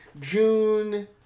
June